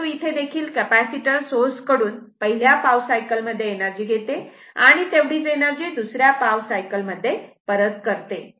परंतु इथे देखील कपॅसिटर सोर्स कडून पहिल्या पाव सायकल मध्ये एनर्जी घेते आणि तेवढीच एनर्जी दुसऱ्या पाव सायकल मध्ये परत करते